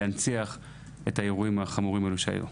להנציח את האירועים החמורים האלה שהיו.